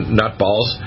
nutballs